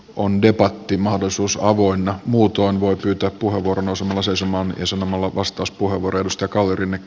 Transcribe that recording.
on debatti mahdollisuus avoinna muutoin voi pyytää puheenvuoron osumilla seisomaan ja samalla arvoisa puhemies